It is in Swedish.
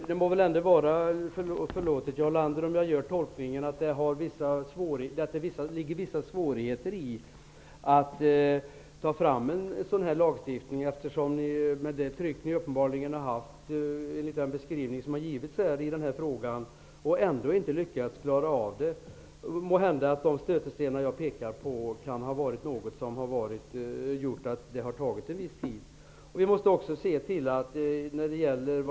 Det må väl ändå vara förlåtet, Jarl Lander, om jag gör tolkningen att det ligger vissa svårigheter i att ta fram en sådan här lagstiftning. Enligt den beskrivning som har givits i den här frågan har ni uppenbarligen utövat ett tryck för detta men har ändå inte lyckats klara av det. De stötestenar som jag har pekat på har måhända gjort att det har tagit en viss tid.